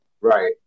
Right